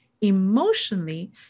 emotionally